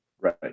Right